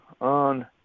on